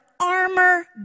armor